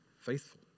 faithful